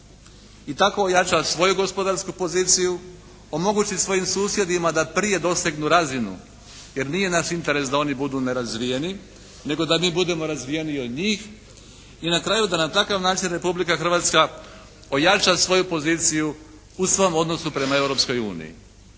i tako ojača svoju gospodarsku poziciju, omogući svojim susjedima da prije dosegnu razinu jer nije naš interes da oni budu nerazvijeni, nego da mi budemo razvijeniji od njih i na kraju da na takav način Republika Hrvatska ojača svoju poziciju u svom odnosu prema